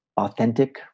authentic